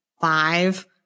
five